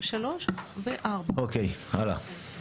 אז עולה השאלה אם